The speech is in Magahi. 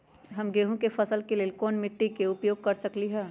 हम गेंहू के फसल के लेल कोन मिट्टी के उपयोग कर सकली ह?